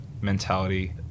mentality